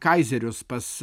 kaizerius pats